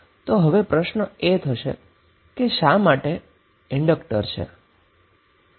તો હવે પ્રશ્ન એ થશે કે તે શા માટે ઈન્ડક્ટર છે